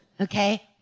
Okay